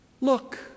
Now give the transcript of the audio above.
look